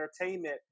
Entertainment